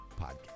podcast